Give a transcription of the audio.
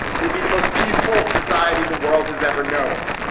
it would be the most peaceful society the world has ever known.